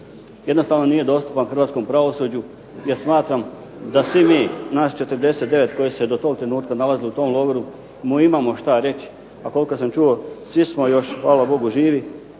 jednostavno nije dostupan hrvatskom pravosuđu jer smatram da svi mi nas 49 koji smo se do tog trenutka nalazili u tom logoru mu imamo šta reći, a koliko sam čuo svi smo još hvala Bogu živi